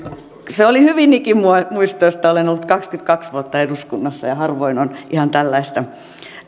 se oli hyvin ikimuistoista olen ollut kaksikymmentäkaksi vuotta eduskunnassa ja harvoin on ihan tällaista